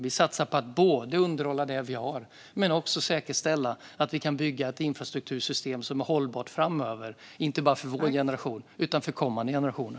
Vi satsar på att underhålla det vi har men också på att säkerställa att vi kan bygga ett infrastruktursystem som är hållbart framöver, inte bara för vår generation utan också för kommande generationer.